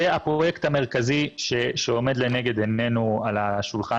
זה הפרויקט המרכזי שעומד לנגד עינינו על השולחן